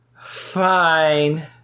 Fine